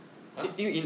!huh!